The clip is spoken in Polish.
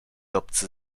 obcy